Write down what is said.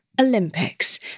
Olympics